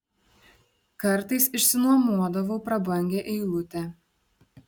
kartais išsinuomodavau prabangią eilutę